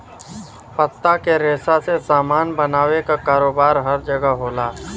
पत्ता के रेशा से सामान बनावे क कारोबार हर जगह होला